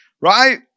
Right